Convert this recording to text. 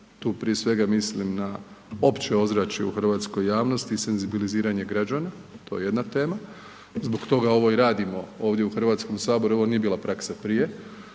tu prije svega mislim na opće ozračje u hrvatskoj javnosti i senzibiliziranje građana, to je jedna tema i zbog toga ovo i radimo ovdje u Hrvatskom saboru jer ovo nije bila praksa prije,